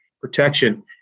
protection